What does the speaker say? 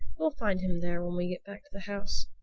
we'll find him there when we get back to the house.